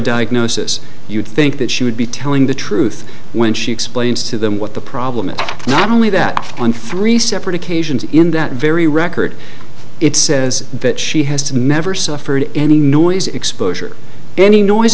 diagnosis you'd think that she would be telling the truth when she explains to them what the problem is not only that on three separate occasions in that very record it says that she has to measure suffered any noise exposure any noise